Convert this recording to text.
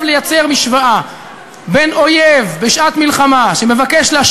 אולי במקום להגיד מה לא,